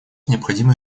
необходимо